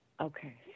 Okay